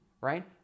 right